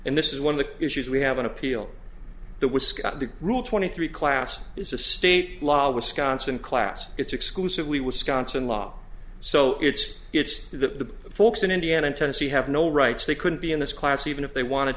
and this is one of the issues we have an appeal that was scott the rule twenty three class is a state law wisconsin class it's exclusively wisconsin law so it's it's the folks in indiana in tennessee have no rights they couldn't be in this class even if they want